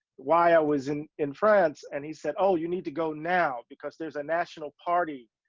why i was in, in france. and he said, oh, you need to go now because there's a national party.